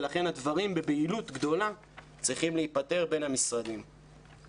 ולכן הדברים צריכים להיפתר בין המשרדים בבהילות גדולה.